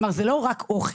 זה לא רק אוכל.